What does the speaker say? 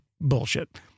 bullshit